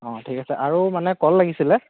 অঁ ঠিক আছে আৰু মানে কল লাগিছিলে